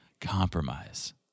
compromise